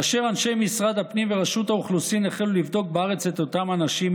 כאשר אנשי משרד הפנים ורשות האוכלוסין החלו לבדוק בארץ את אותם אנשים,